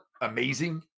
amazing